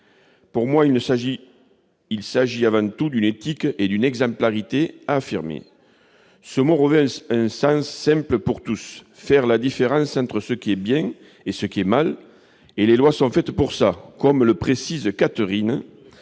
Pour moi, il s'agit avant tout d'affirmer une éthique et une exemplarité. Ce mot revêt un sens simple pour tous :« faire la différence entre ce qui est bien et ce qui est mal, et les lois sont faites pour ça », comme le précise Catherine,